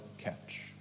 catch